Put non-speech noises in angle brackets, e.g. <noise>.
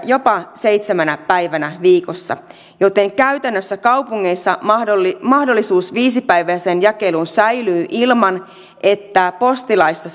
jopa seitsemänä päivänä viikossa joten käytännössä kaupungeissa mahdollisuus mahdollisuus viisipäiväiseen jakeluun säilyy ilman että postilaissa <unintelligible>